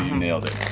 nailed it.